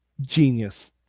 Genius